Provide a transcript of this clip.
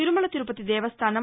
Tirumala Tirupati Devasthanam